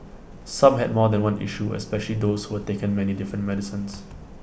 some had more than one issue especially those who were taking many different medicines